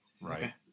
right